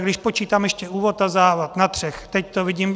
Když počítám ještě úvod a závěr, na třech, teď to vidím.